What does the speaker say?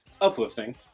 uplifting